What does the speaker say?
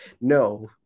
no